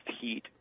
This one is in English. heat